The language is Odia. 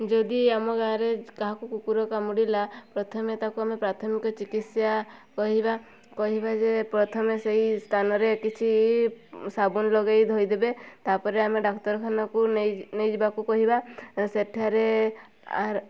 ଯଦି ଆମ ଗାଁରେ କାହାକୁ କୁକୁର କାମୁଡ଼ିଲା ପ୍ରଥମେ ତାକୁ ଆମେ ପ୍ରାଥମିକ ଚିକିତ୍ସା କରାଇବା କହିବା ଯେ ପ୍ରଥମେ ସେଇ ସ୍ଥାନରେ କିଛି ସାବୁନ୍ ଲଗାଇ ଧୋଇଦେବେ ତା'ପରେ ଆମେ ଡାକ୍ତରଖାନାକୁ ନେଇ ନେଇଯିବାକୁ କହିବା ସେଠାରେ ଆହାର